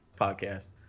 podcast